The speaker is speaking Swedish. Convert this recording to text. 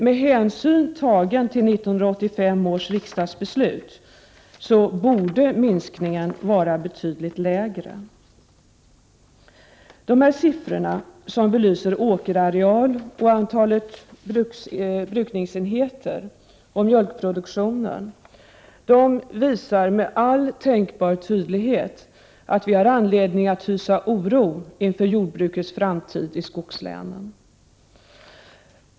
Med hänsyn tagen till 1985 års riksdagsbeslut borde minskningen vara betydligt lägre. Dessa siffror som belyser åkerareal, antalet brukningsenheter och mjölkproduktionen visar med all tänkbar tydlighet att det finns anledning att hysa oro med tanke på jordbrukets framtid i skogslänen.